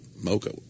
mocha